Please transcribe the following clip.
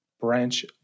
branch